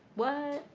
what?